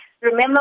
remember